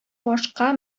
башка